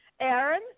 Aaron